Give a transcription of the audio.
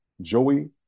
Joey